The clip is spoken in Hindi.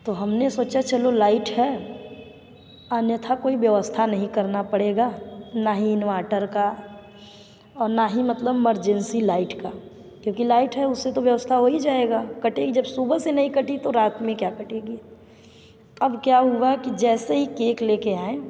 तो हम ने सोचा चलो लाइट है अन्यथा कोई व्यवस्था नहीं करना पड़ेगा ना ही इन्वाटर का और ना ही मतलब मरजेंसी लाइट का क्योंकि लाइट है उससे तो व्यवस्था हो ही जाएगा कटेगी जब सुबह से नहीं कटी तो रात में क्या कटेगी अब क्या हुआ कि जैसे ही केक ले के आए